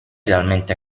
realmente